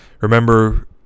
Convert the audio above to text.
Remember